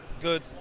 good